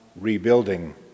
rebuilding